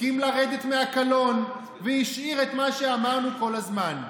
הסכים לרדת מהקלון, והשאיר את מה שאמרנו כל הזמן: